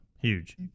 Huge